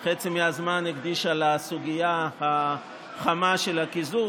הקדישה חצי מהזמן לסוגיה החמה של הקיזוז,